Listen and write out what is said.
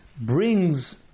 brings